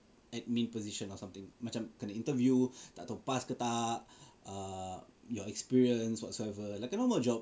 admin position or something macam kena interview tak tahu pass ke tak err your experience whatsoever like a normal job